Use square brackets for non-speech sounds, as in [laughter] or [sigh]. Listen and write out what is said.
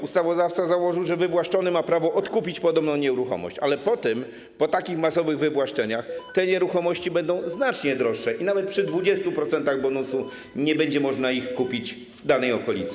Ustawodawca założył, że wywłaszczony ma prawo odkupić podobną nieruchomość, ale po tym, po takich masowych wywłaszczeniach, [noise] te nieruchomości będą znacznie droższe i nawet przy 20% bonusu nie będzie można ich kupić w danej okolicy.